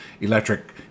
electric